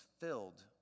filled